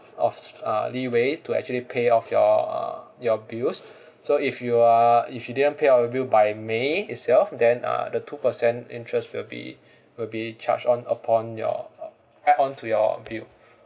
of uh leeway to actually pay off your uh your bills so if you are if you didn't pay off your bill by may itself then uh the two percent interest will be will be charged on upon your uh add on to your bill